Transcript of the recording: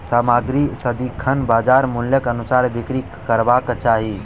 सामग्री सदिखन बजार मूल्यक अनुसार बिक्री करबाक चाही